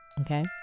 okay